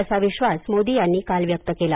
असा विश्वास मोदी यांनी काल व्यक्त केला